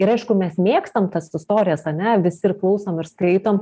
ir aišku mes mėgstam tas istorijas ane visi ir klausom ir skaitom